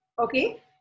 Okay